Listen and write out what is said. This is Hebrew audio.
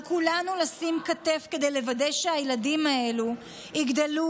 על כולנו לתת כתף כדי לוודא שהילדים האלה יגדלו